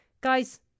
guys